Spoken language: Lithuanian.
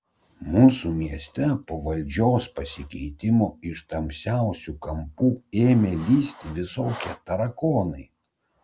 mūsų mieste po valdžios pasikeitimo iš tamsiausių kampų ėmė lįsti visokie tarakonai